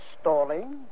stalling